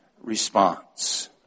response